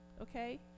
Okay